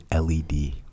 LED